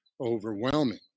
overwhelming